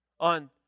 on